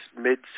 mid